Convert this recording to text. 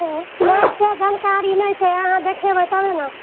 ओ नहि से जानकारी नहि छै अहाँ देखेबय तबे न